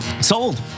Sold